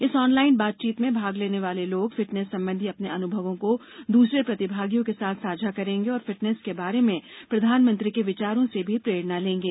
इस ऑनलाइन बातचीत में भाग लेने वाले लोग फिटनेस संबंधी अपने अनुभवों को दूसरे प्रतिभागियों के साथ साझा करेंगे और फिटनेस के बारे में प्रधानमंत्री के विचारों से भी प्रेरणा से लेंगे